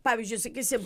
pavyzdžiui sakysim